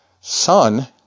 son